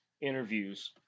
interviews